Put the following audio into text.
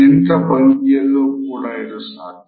ನಿಂತ ಭಂಗಿಯಲ್ಲೂ ಕೂಡ ಇದು ಸಾಧ್ಯ